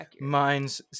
Mine's